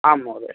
आम् महोदय